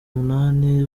munani